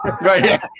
Right